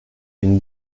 une